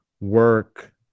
work